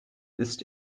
ist